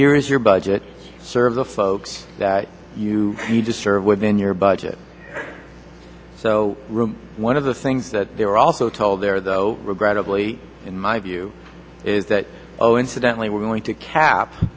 here's your budget serve the folks that you need to serve within your budget so one of the things that they were also told there though regrettably in my view is that all incidentally we're going to cap